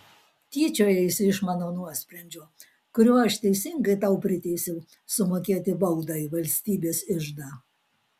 tyčiojaisi iš mano nuosprendžio kuriuo aš teisingai tau priteisiau sumokėti baudą į valstybės iždą